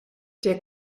der